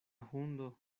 hundo